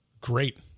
great